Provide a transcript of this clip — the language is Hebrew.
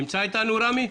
נמצא איתנו רמי?